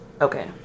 Okay